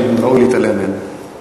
ראוי להתעלם מהן.